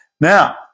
Now